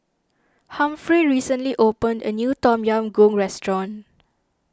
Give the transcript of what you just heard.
Humphrey recently opened a new Tom Yam Goong restaurant